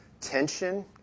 tension